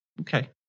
Okay